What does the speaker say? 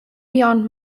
beyond